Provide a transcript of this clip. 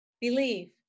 believe